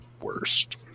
worst